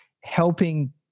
helping